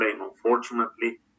Unfortunately